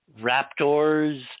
raptors